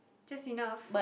just enough